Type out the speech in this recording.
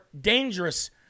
dangerous